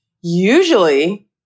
Usually